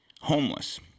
homeless